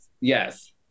Yes